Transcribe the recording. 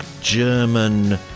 German